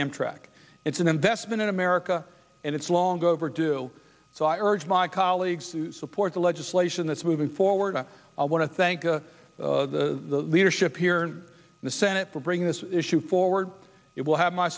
amtrak it's an investment in america and it's long overdue so i urge my colleagues to support the legislation that's moving forward i want to thank the the leadership here in the senate for bringing this issue forward it will have my